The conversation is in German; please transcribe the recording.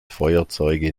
feuerzeuge